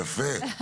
יפה.